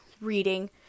reading